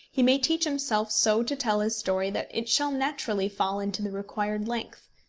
he may teach himself so to tell his story that it shall naturally fall into the required length.